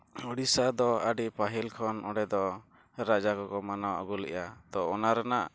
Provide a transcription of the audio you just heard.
ᱳᱰᱤᱥᱟ ᱫᱚ ᱟᱹᱰᱤ ᱯᱟᱹᱦᱤᱞ ᱠᱷᱚᱱ ᱚᱸᱰᱮ ᱫᱚ ᱨᱟᱡᱟ ᱠᱚ ᱠᱚ ᱢᱟᱱᱟᱣ ᱟᱹᱜᱩ ᱞᱮᱜᱼᱟ ᱛᱚ ᱚᱱᱟ ᱨᱮᱱᱟᱜ